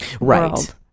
right